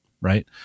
right